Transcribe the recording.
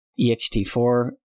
ext4